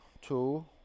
two